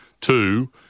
two